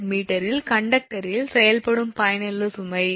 𝐾𝑔𝑚 இல் கண்டக்டரில் செயல்படும் பயனுள்ள சுமை e